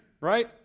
right